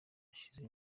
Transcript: yashinze